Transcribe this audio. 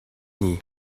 nie